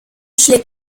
schlägt